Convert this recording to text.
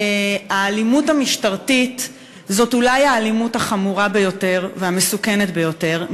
האלימות המשטרתית היא אולי האלימות החמורה ביותר והמסוכנת ביותר,